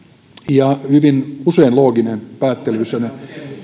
ja hyvin usein looginen päättelyssänne